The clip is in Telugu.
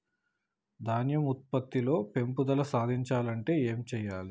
ధాన్యం ఉత్పత్తి లో పెంపుదల సాధించాలి అంటే ఏం చెయ్యాలి?